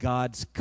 God's